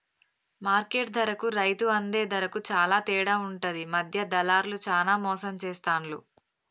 market ధరకు రైతు అందే ధరకు చాల తేడా ఉంటది మధ్య దళార్లు చానా మోసం చేస్తాండ్లు